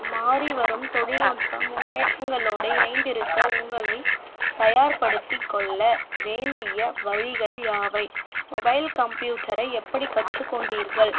மாறி வரும் தொழில் நுட்பம் முனேற்றங்களோடு இணைந்திருக்க உங்களை தயார்படுத்தி கொள்ள வேண்டிய வழிகள் யாவை மொபைல் கம்ப்யூட்டரை எப்படி கற்றுக்கொண்டீர்கள்